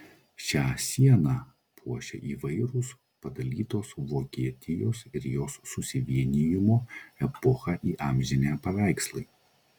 šią sieną puošia įvairūs padalytos vokietijos ir jos susivienijimo epochą įamžinę paveikslai